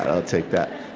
i'll take that.